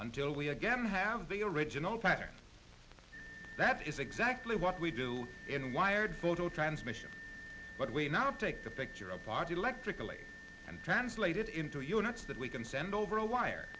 until we again have the original pattern that is exactly what we do in wired photo transmission but we now take the picture of logic electrically and translate it into units that we can send over a wire